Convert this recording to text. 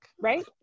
Right